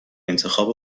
انتخاب